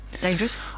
dangerous